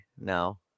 No